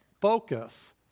focus